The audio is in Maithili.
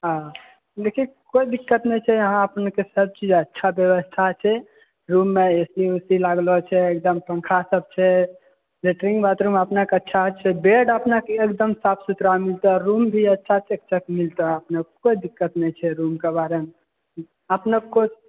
हॅं देखियै कोइ दिक्कत नहि छै यहाँ अपने के सब चीज अच्छा व्यवस्था छै रूम मे एसी वेसी लागलो छै एकदम पंखा सब छै लेट्रिन बाथरूम अपनेके अच्छा छै बेड अपनेके एकदम साफ सुथरा मिलतै रूम भी अच्छा ठीक ठाक मिलतै अपनेके कोइ दिक्कत नहि छै रुमके बारेमे अपने के कोइ